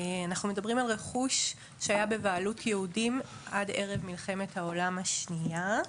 אנחנו מדברים על רכוש שהיה בבעלות יהודים עד ערב מלחמת העולם השנייה.